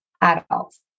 adults